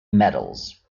medals